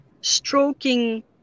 stroking